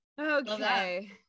Okay